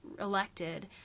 elected